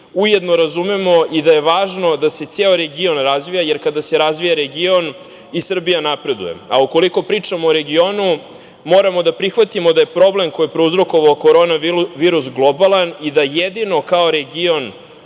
ujedno razumemo i da je važno da se ceo region razvija, jer kada se razvija region i Srbija napreduje. Ukoliko pričamo o regionu, moramo da prihvatimo da je problem koji je prouzrokovao korona virus globalan i da jedino kao region